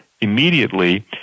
immediately